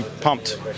pumped